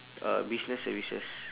uh business services